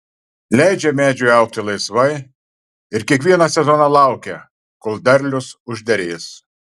leidžia medžiui augti laisvai ir kiekvieną sezoną laukia kol derlius užderės